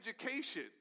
education